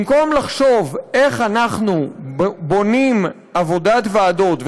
במקום לחשוב איך אנחנו בונים עבודת ועדות,